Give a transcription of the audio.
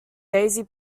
daisy